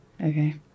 Okay